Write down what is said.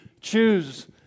choose